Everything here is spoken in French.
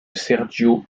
sergio